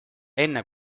enne